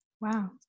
wow